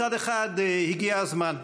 מצד אחד, הגיע הזמן.